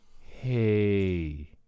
hey